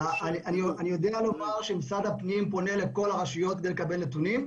אני יודע לומר שמשרד הפנים פונה לכל הרשויות כדי לקבל נתונים,